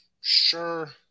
Sure